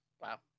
Wow